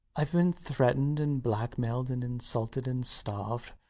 ive been threatened and blackmailed and insulted and starved.